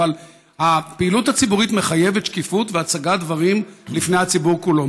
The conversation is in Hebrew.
אבל הפעילות הציבורית מחייבת שקיפות והצגת דברים בפני הציבור כולו.